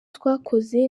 twakoze